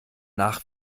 nach